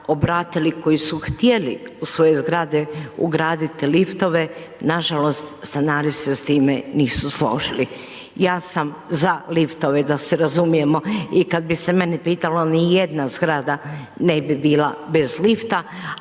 obratili, koji su htjeli u svoje zgrade ugraditi liftove, nažalost stanari se s time nisu složili. Ja sam za liftove, da se razumijemo i kada bi se mene pitalo, ni jedna zgrada ne bi bila bez lifta,